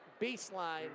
baseline